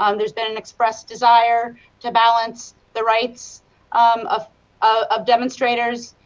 um there is been an expressed desire to balance the rights um of of demonstrators,